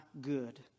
good